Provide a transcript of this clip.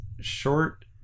short